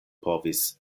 povis